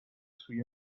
سوی